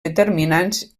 determinants